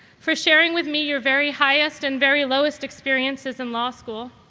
for sharing with me your very highest and very lowest experiences in law school,